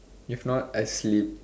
if not I sleep